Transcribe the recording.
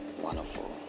wonderful